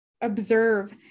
observe